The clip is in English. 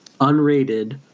unrated